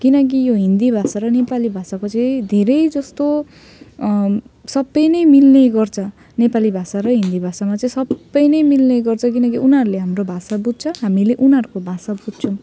किनकि यो हिन्दी भाषा र नेपाली भाषाको चाहिँ धेरै जस्तो सबै नै मिल्ने गर्छ नेपाली भाषा र हिन्दी भाषामा चाहिँ सबै नै मिल्ने गर्छ किनकि उनीहरूले हाम्रो भाषा बुझ्छ हामीले उनीहरूको भाषा बुझ्छौँ